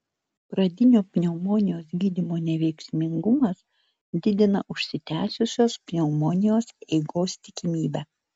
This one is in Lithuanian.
pradinio pneumonijos gydymo neveiksmingumas didina užsitęsusios pneumonijos eigos tikimybę